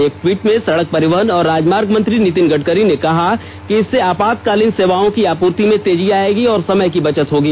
एक टवीट में सड़क परिवहन और राजमार्ग मंत्री नितिन गड़करी ने कहा कि इससे आपातकालीन सेवाओं की आपूर्ति में तेजी आएगी और समय की बचत होगी